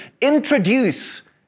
introduce